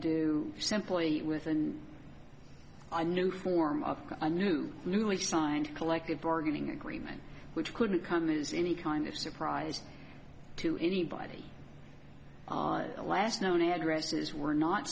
do simply with and i new form of a new newly signed collective bargaining agreement which couldn't come as any kind of surprise to anybody the last known address is were not